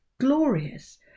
Glorious